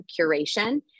curation